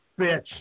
Bitch